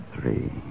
three